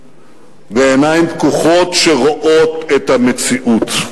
בעיניים פקוחות שרואות את המציאות.